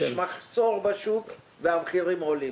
יש מחסור בשוק והמחירים עולים.